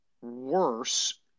worse